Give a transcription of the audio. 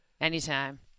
Anytime